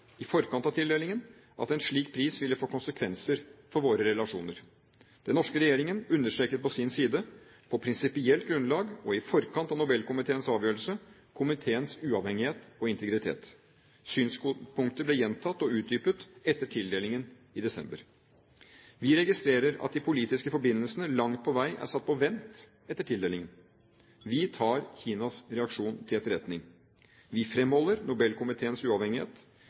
i forkant av tildelingen, at en slik pris ville få konsekvenser for våre relasjoner. Den norske regjeringen understreket på sin side, på prinsipielt grunnlag og i forkant av Nobelkomiteens avgjørelse, komiteens uavhengighet og integritet. Synspunktet ble gjentatt og utdypet etter tildelingen i desember. Vi registrerer at de politiske forbindelsene langt på vei er satt på vent etter tildelingen. Vi tar Kinas reaksjon til etterretning. Vi fremholder Nobelkomiteens uavhengighet.